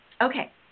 Okay